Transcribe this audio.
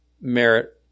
merit